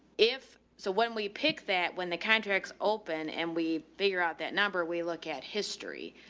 if, so when we pick that, when the contracts open and we figure out that number, we look at history.